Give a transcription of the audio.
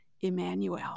Emmanuel